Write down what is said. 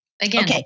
Again